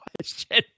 question